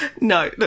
No